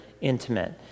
intimate